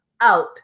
out